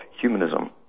humanism